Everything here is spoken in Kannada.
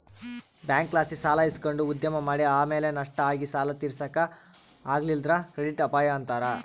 ಬ್ಯಾಂಕ್ಲಾಸಿ ಸಾಲ ಇಸಕಂಡು ಉದ್ಯಮ ಮಾಡಿ ಆಮೇಲೆ ನಷ್ಟ ಆಗಿ ಸಾಲ ತೀರ್ಸಾಕ ಆಗಲಿಲ್ಲುದ್ರ ಕ್ರೆಡಿಟ್ ಅಪಾಯ ಅಂತಾರ